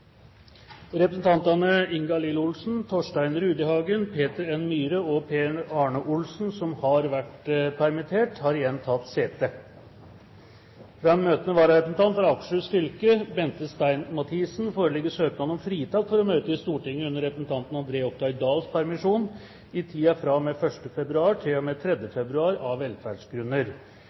Representantene påhørte stående presidentens minnetale. Representantene Ingalill Olsen, Torstein Rudihagen, Peter N. Myhre og Per Arne Olsen, som har vært permittert, har igjen tatt sete. Fra den møtende vararepresentant for Akershus fylke, Bente Stein Mathisen, foreligger søknad om fritak for å møte i Stortinget under representanten André Oktay Dahls permisjon i tiden fra og med 1. februar til og med 3. februar, av velferdsgrunner.